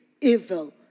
evil